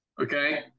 Okay